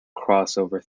crossover